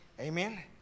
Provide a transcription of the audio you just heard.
Amen